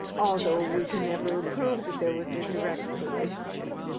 although we can never prove that there was a direct relationship.